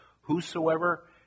Whosoever